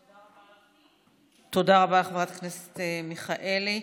תודה רבה, חברת הכנסת מיכאלי.